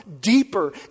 deeper